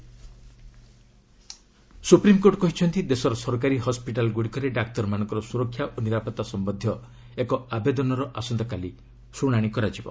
SC doctor safety supreme court କହିଛନ୍ତି ଦେଶର ସରକାରୀ ହସ୍କିଟାଲ୍ଗୁଡ଼ିକରେ ଡାକ୍ତରମାନଙ୍କ ସ୍ୱରକ୍ଷା ଓ ନିରାପତ୍ତା ସମ୍ଭନ୍ଧୀୟ ଏକ ଆବେଦନର ଆସନ୍ତାକାଲି ଶୁଣାଣି କରାଯିବ